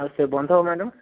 ଆଉ ସେ ବନ୍ଧ ମ୍ୟାଡ଼ାମ